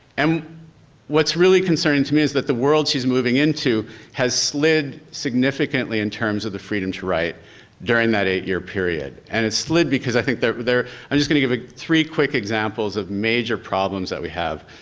um what's really concerning to me is that the world she's moving into has slid significantly in terms of the freedom to write during that eight year period, and it slid because i think they're they're i'm just gonna give ah three quick examples of major problems that we have,